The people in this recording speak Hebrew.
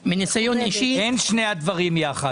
אין שני הדברים יחד.